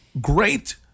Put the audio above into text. Great